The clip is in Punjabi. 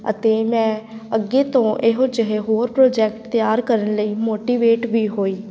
ਅਤੇ ਮੈਂ ਅੱਗੇ ਤੋਂ ਇਹੋ ਜਿਹੇ ਹੋਰ ਪ੍ਰੋਜੈਕਟ ਤਿਆਰ ਕਰਨ ਲਈ ਮੋਟੀਵੇਟ ਵੀ ਹੋਈ